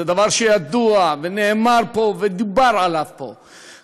זה דבר שידוע ונאמר פה ודובר עליו פה,